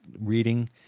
reading